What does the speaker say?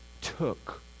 took